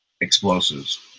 explosives